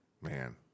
Man